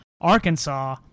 Arkansas